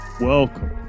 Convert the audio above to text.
welcome